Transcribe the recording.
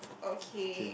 okay